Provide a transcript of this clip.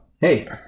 hey